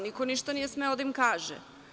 Niko ništa nije smeo da im kaže.